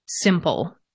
simple